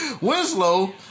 Winslow